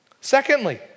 Secondly